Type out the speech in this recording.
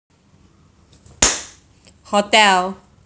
hotel